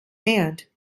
hand